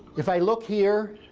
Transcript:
if i look here